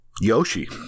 Yoshi